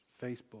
Facebook